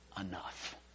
enough